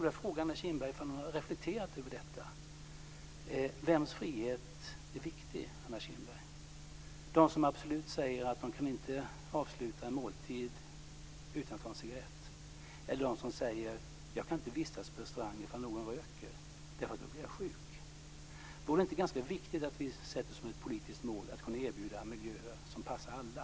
Har Anna Kinberg reflekterat över detta? Vems frihet är viktig, Anna Kinberg? Jag undrar om det gäller dem som säger att de absolut inte kan avsluta en måltid utan att ta en cigarett eller dem som säger: Jag kan inte vistas på restaurang ifall någon röker därför att jag då blir sjuk. Är det inte ganska viktigt att vi sätter upp som ett politiskt mål att miljöer kan erbjudas som passar alla?